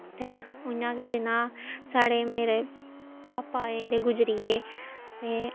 ते उ'आं गै जिन्ना साढ़े मेरे पापा जेह्ड़े गुजरी गे ते